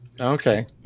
Okay